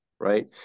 right